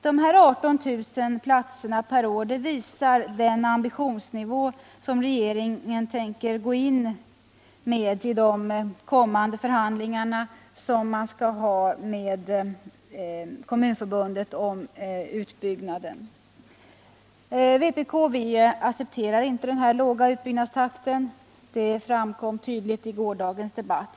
De här 18 000 platserna per år visar den ambitionsnivå som regeringen tänker gå in med i de kommande förhandlingarna om = utbyggnaden, vilka skall — föras med Kommunförbundet. Vpk accepterar inte denna låga utbyggnadstakt, vilket också tydligt framgick av gårdagens debatt.